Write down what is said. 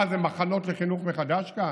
מה זה, מחנות לחינוך מחדש כאן?